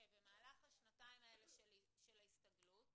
שבמהלך השנתיים האלה של ההסתגלות,